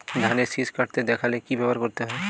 ধানের শিষ কাটতে দেখালে কি ব্যবহার করতে হয়?